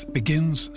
begins